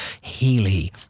Healy